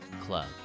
Club